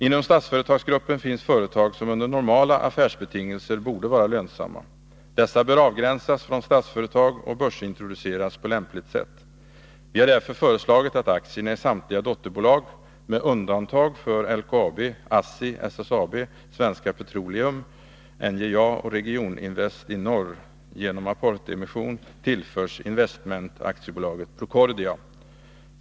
Inom Statsföretagsgruppen finns företag som under normala affärsbetingelser borde vara lönsamma. Dessa bör avgränsas från Statsföretag och börsintroduceras på lämpligt sätt. Vi har därför föreslagit att aktierna i samtliga dotterbolag, med undantag för LKAB, ASSI, SSAB, Svenska Petroleum AB, NJA och Regioninvest i Norr AB, genom apportemission tillförs Investment AB Procordia.